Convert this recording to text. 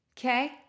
Okay